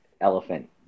elephant